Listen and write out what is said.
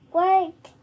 work